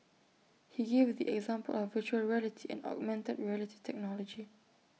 he gave the example of Virtual Reality and augmented reality technology